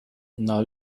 now